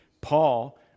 Paul